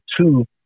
two